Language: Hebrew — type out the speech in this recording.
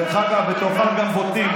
דרך אגב, תאכל גם בוטנים.